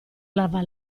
lava